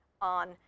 on